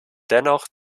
dennoch